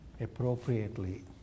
appropriately